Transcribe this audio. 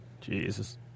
Jesus